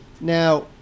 Now